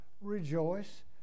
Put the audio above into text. Rejoice